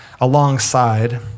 alongside